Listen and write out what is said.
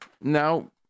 now